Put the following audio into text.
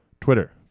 Twitter